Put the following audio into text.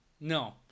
no